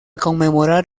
conmemorar